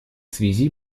связи